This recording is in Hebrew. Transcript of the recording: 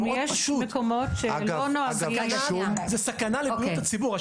אם יש מקומות שלא נוהגים --- זו סכנה לבריאות הציבור.